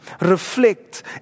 reflect